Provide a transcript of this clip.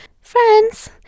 Friends